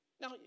Now